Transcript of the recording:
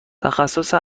تخصص